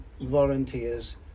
volunteers